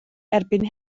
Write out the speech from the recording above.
erbyn